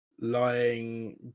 lying